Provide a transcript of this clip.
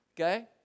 Okay